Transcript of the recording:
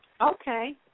Okay